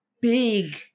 big